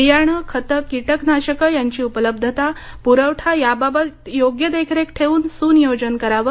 बियाणं खतं कीटकनाशकं यांची उपलब्धता पुरवठा याबाबत योग्य देखरेख ठेवून सुनियोजन करावं